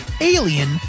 alien